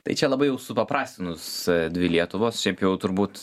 tai čia labai jau supaprastinus dvi lietuvos šiaip jau turbūt